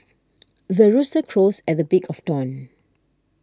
the rooster crows at the break of dawn